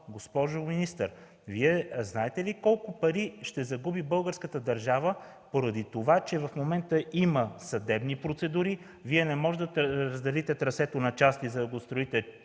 Госпожо министър, Вие знаете ли колко пари ще загуби българската държава, поради това че в момента има съдебни процедури? Вие не може да разделите трасето на части, за да го строите